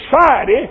society